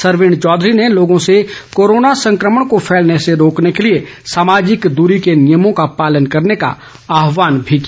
सरवीण चौधरी ने लोगों से कोरोना संक्रमण को फैलने से रोकने के लिए सामाजिक दूरी के नियमों का पालन करने का आहवान भी किया